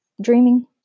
dreaming